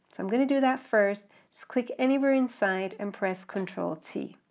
i'm going to do that first, just click anywhere inside and press control t.